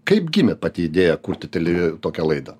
kaip gimė pati idėja kurti tele tokią laidą